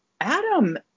Adam